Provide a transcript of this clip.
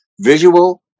visual